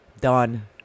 done